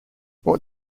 what